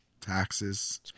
taxes